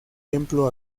templo